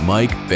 Mike